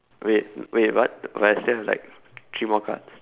wait wait what but I still have like three more cards